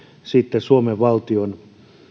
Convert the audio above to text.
sitten suomen valtion